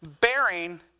bearing